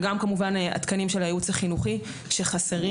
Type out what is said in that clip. וגם כמובן התקנים של הייעוץ החינוכי שחסרים.